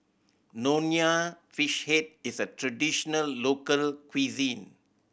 Nonya Fish Head is a traditional local cuisine